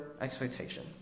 expectation